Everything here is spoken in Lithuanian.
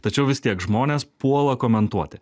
tačiau vis tiek žmonės puola komentuoti